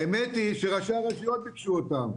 האמת היא שראשי הרשויות ביקשו אותם.